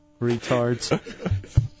Retards